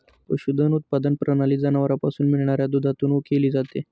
पशुधन उत्पादन प्रणाली जनावरांपासून मिळणाऱ्या दुधातून केली जाते